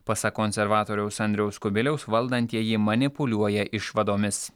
pasak konservatoriaus andriaus kubiliaus valdantieji manipuliuoja išvadomis